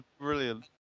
brilliant